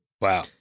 Wow